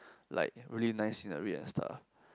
like really nice scenery and stuff